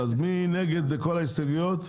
מי נגד לכל ההסתייגויות?